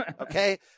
okay